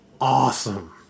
awesome